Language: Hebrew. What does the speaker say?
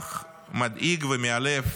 מסמך מדאיג ומאלף